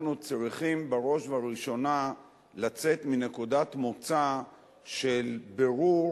אנחנו צריכים בראש ובראשונה לצאת מנקודת מוצא של בירור